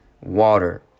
water